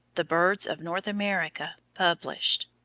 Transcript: the birds of north america, published.